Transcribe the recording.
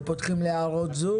מסבירים ופותחים להערות זום